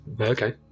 Okay